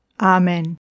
Amen